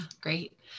great